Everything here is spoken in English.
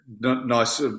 Nice